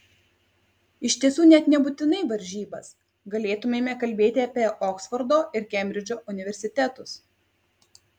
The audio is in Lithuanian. iš tiesų net nebūtinai varžybas galėtumėme kalbėti apie oksfordo ir kembridžo universitetus